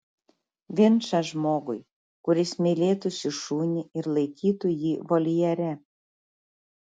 vinčą žmogui kuris mylėtų šį šunį ir laikytų jį voljere